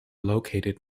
located